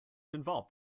involved